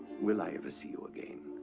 will i ever see you again?